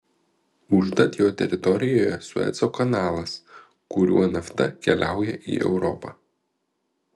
užtat jo teritorijoje sueco kanalas kuriuo nafta keliauja į europą